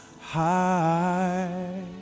high